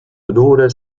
odore